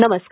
नमस्कार